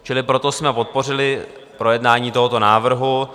Čili proto jsme podpořili projednání tohoto návrhu.